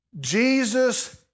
Jesus